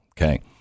Okay